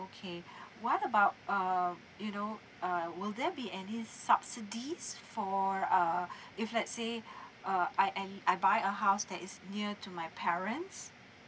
okay what about uh you know uh will there be any subsidies for err if let's say uh I am I buy a house that is near to my parents